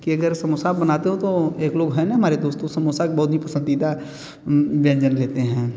कि अगर आप समोसा बनाते हो तो एक लोग हैं ना हमारे दोस्त वो समोसा बहुत ही पसंदीदा व्यंजन लेते हैं